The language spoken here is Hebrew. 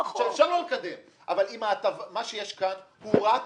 אפשר לא לקדם, אבל מה שיש כאן רק מטיב.